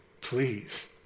please